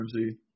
Ramsey